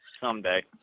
someday